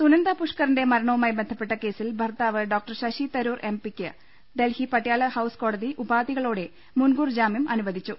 സുനന്ദ പുഷ്കറിന്റെ മരണവുമായി ബന്ധപ്പെട്ട കേസിൽ ഭർത്താവ് ഡോ ശശി തരൂർ എം പിക്ക് ഡൽഹി പട്യാല ഹൌസ് കോടതി ഉപാധികളോടെമുൻകൂർ ജാമൃം അനുവദിച്ചു